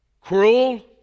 cruel